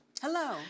Hello